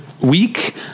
week